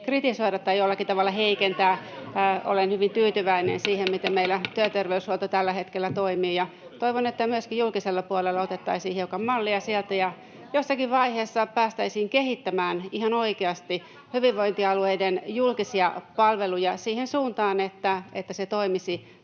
Ei!] tai jollakin tavalla heikentää? Olen hyvin tyytyväinen siihen, [Välihuutoja — Puhemies koputtaa] miten meillä työterveyshuolto tällä hetkellä toimii. Toivon, että myöskin julkisella puolella otettaisiin hiukan mallia sieltä ja jossakin vaiheessa päästäisiin kehittämään ihan oikeasti [Suna Kymäläinen: Kuka kannattaa?] hyvinvointialueiden julkisia palveluja siihen suuntaan, että ne toimisivat